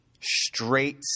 straight